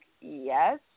yes